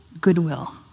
goodwill